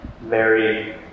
Mary